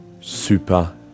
super